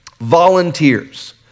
volunteers